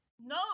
No